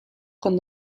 con